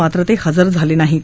मात्र ते हजर झाले नाहीत